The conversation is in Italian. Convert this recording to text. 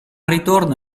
ritorno